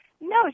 no